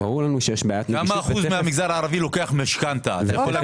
כמה אחוז מהמגזר הערבי לוקח משכנתאות?